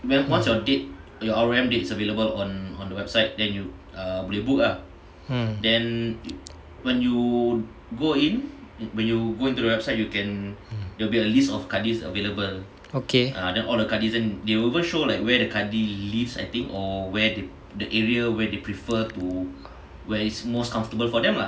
hmm